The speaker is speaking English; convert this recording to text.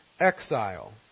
exile